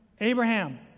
Abraham